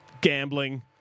gambling